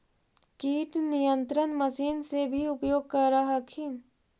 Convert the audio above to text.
किट नियन्त्रण मशिन से भी उपयोग कर हखिन?